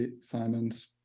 Simons